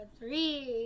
three